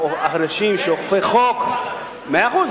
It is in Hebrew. מאה אחוז,